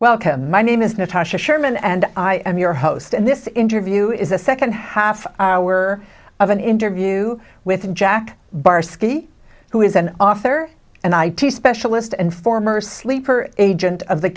welcome my name is natasha sherman and i am your host and this interview is the second half hour of an interview with jack barsky who is an author and i too specialist and former sleeper agent of the